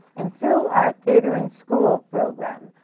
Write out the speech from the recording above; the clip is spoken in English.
and through our theatre in schools program,